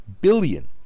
billion